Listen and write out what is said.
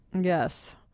yes